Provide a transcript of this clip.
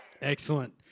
Excellent